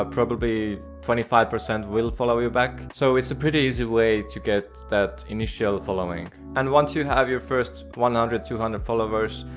ah probably twenty five percent will follow you back. so it's a pretty easy way to get that initial following and once you have your first one hundred two hundred followers,